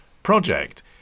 project